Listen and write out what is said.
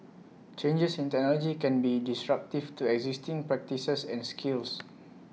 changes in technology can be disruptive to existing practices and skills